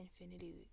infinity